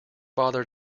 bother